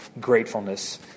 gratefulness